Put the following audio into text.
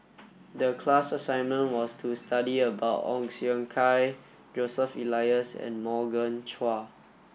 the class assignment was to study about Ong Siong Kai Joseph Elias and Morgan Chua